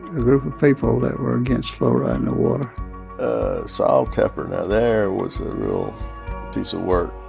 a group of people that were against fluoride in the water sol tepper now there was a real piece of work.